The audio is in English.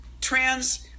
trans